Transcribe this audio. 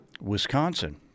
Wisconsin